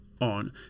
on